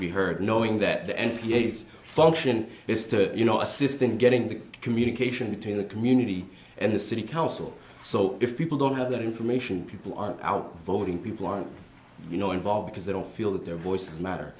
be heard knowing that the n p a its function is to you know assisting getting the communication between the community and the city council so if people don't have that information people are out voting people are you know involved because they don't feel that their voices matter